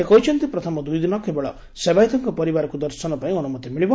ସେ କହିଛନ୍ତି ପ୍ରଥମ ଦୁଇଦିନ କେବଳ ସେବାୟତଙ୍କ ପରିବାରକୁ ଦର୍ଶନ ପାଇଁ ଅନୁମତି ମିଳିବ